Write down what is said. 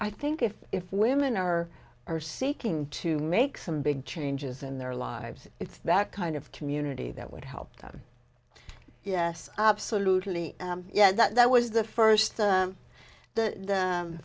i think if if women are are seeking to make some big changes in their lives it's that kind of community that would help them yes absolutely yeah that was the first the